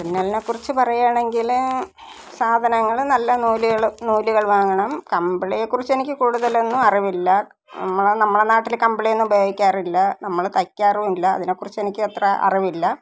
തുന്നലിനെക്കുറിച്ച് പറയുകയാണെങ്കിൽ സാധനങ്ങൾ നല്ല നൂലുകൾ നൂലുകൾ വാങ്ങണം കമ്പിളിയെക്കുറിച്ച് എനിക്ക് കൂടുതലൊന്നും അറിവില്ല നമ്മൾ നമ്മുടെ നാട്ടിൽ കമ്പിളിയൊന്നും ഉപയോഗിക്കാറില്ല നമ്മൾ തയ്ക്കാറുമില്ല അതിനെക്കുറിച്ച് എനിക്ക് അത്ര അറിവില്ല